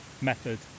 method